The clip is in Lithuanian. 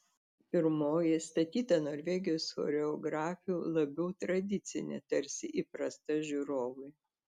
pirmoji statyta norvegijos choreografių labiau tradicinė tarsi įprasta žiūrovui